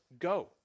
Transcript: Go